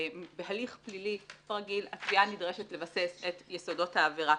בהליך פלילי, עשייה נדרשת לבסס את יסודות העבירה.